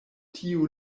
tiu